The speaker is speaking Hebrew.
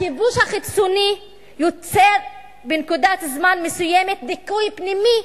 הכיבוש החיצוני יוצר בנקודת זמן מסוימת דיכוי פנימי,